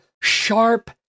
sharp